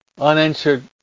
unanswered